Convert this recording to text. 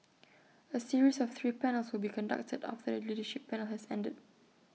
A series of three panels will be conducted after the leadership panel has ended